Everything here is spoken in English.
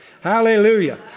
Hallelujah